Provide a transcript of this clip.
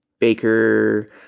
Baker